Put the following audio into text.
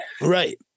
Right